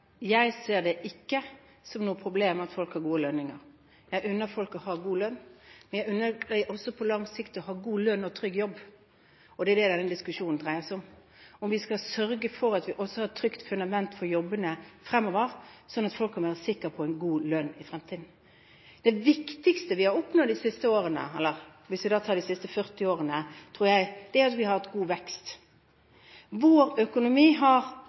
Jeg ser det ikke som noe problem at folk har god lønn. Jeg unner folk å ha god lønn, og jeg unner dem på lang sikt å ha god lønn og også en trygg jobb, og det er det denne diskusjonen dreier seg om. Vi skal sørge for at vi også har et trygt fundament for jobbene fremover, slik at folk kan være sikre på å ha god lønn i fremtiden. Det viktigste vi har oppnådd de siste årene – hvis vi tar de siste 40 årene – tror jeg er at vi har hatt en god vekst. Vår økonomi har